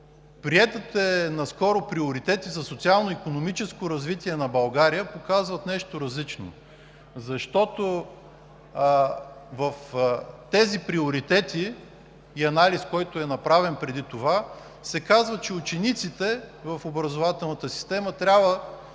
приетите наскоро приоритети за социално-икономическото развитие на България показват нещо различно, защото в тези приоритети и анализа, който е направен преди това, се казва, че учениците в образователната система трябва